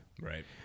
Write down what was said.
Right